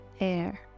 air